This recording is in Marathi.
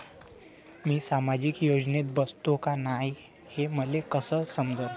मी सामाजिक योजनेत बसतो का नाय, हे मले कस समजन?